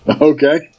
Okay